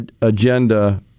agenda